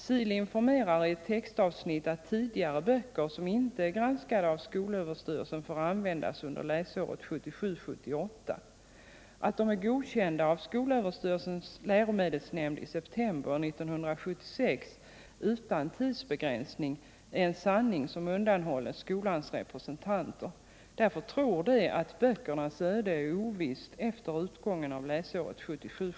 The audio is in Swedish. SIL informerar i ett textavsnitt att tidigare använda böcker som inte är granskade av skolöverstyrelsen får användas under läsåret 1977 78.